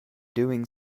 doing